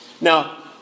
Now